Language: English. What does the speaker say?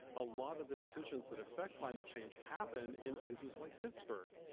a lot of the decisions that affect climate change happen in places like pittsburgh,